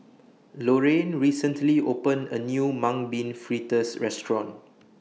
Lorayne recently opened A New Mung Bean Fritters Restaurant